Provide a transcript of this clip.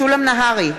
משולם נהרי,